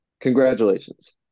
congratulations